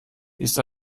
ist